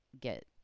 get